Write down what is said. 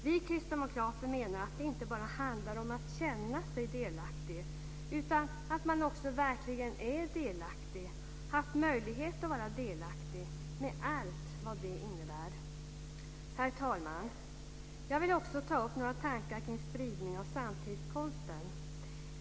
Vi kristdemokrater menar att det inte bara handlar om att känna sig delaktig, utan att man också verkligen måste vara delaktig med allt vad det innebär. Herr talman! Jag vill också ta upp några tankar kring spridning av samtidskonsten.